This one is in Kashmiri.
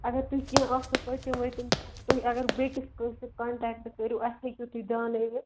اگر تۄہہِ کیٚنٛہہ آسوٕ پٔتِم ؤتِم کیٚنٛہہ تُہۍ اگر بیٚیِس کٲنٛسہِ سۭتۍ کۄنٹیکٹہٕ کٔرِو اسہِ ہیٚکِو تُہۍ دیٛاونٲیِتھ